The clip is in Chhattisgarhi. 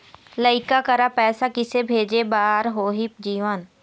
लइका करा पैसा किसे भेजे बार होही जीवन